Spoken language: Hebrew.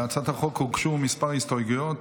להצעת החוק הוגשו כמה הסתייגויות.